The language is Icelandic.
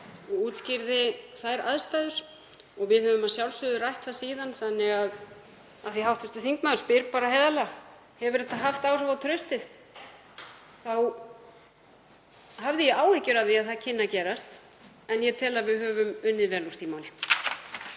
og útskýrði þær aðstæður. Við höfum að sjálfsögðu rætt það síðan. Af því að hv. þingmaður spyr bara heiðarlega: Hefur þetta haft áhrif á traustið? þá hafði ég áhyggjur af því að það kynni að gerast. En ég tel að við höfum unnið vel úr því máli.